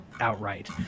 outright